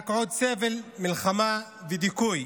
רק עוד סבל, מלחמה ודיכוי.